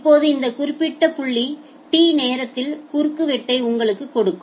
இப்போது இந்த குறிப்பிட்ட புள்ளி T நேரத்தில் குறுக்கு வெட்டை உங்களுக்கு கொடுக்கும்